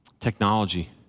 Technology